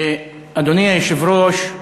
אדוני היושב-ראש,